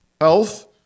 Health